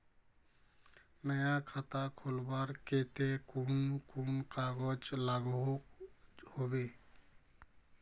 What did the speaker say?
नया खाता खोलवार केते कुन कुन कागज लागोहो होबे?